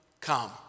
come